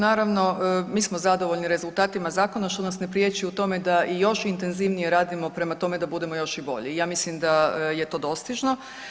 Naravno, mi smo zadovoljni rezultatima zakona što nas ne priječi u tome da i još intenzivnije radimo prema tome da budemo još i bolji i ja mislim da je to dostižno.